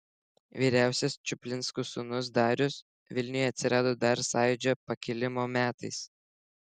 vyriausias čuplinskų sūnus darius vilniuje atsirado dar sąjūdžio pakilimo metais